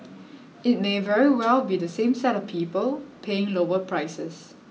it may very well be the same set of people paying lower prices